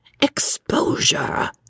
Exposure